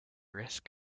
risk